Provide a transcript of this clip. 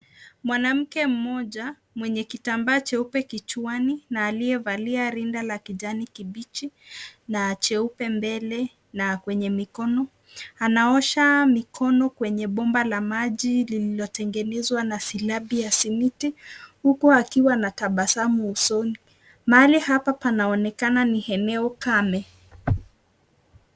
Mwanamke mmoja mwenye kitambaa cheupe kichwani na aliyevaa rinda la kijani kibichi na cheupe mbele na kwenye mikono, anaosha mikono kwenye bomba la maji lililotengenezwa na silabi ya simiti huku akiwa na tabasamu usoni. Mahali hapa panaonekana ni eneo kame.